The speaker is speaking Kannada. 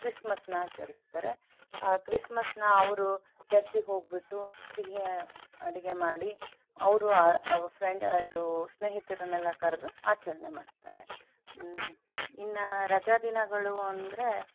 ಕ್ರಿಸ್ಮಸ್ನ ಆಚರಿಸ್ತಾರೆ ಆ ಕ್ರಿಸ್ಮಸ್ನ ಅವರು ಚರ್ಚಿಗೆ ಹೋಗ್ಬಿಟ್ಟು ಸಿಹಿ ಅಡುಗೆ ಮಾಡಿ ಅವರು ಅವರ ಫ್ರೆ ಇದು ಸ್ನೇಹಿತರನ್ನೆಲ್ಲ ಕರೆದು ಆಚರಣೆ ಮಾಡ್ತಾರೆ ಇನ್ನೂ ರಜಾ ದಿನಗಳು ಅಂದರೆ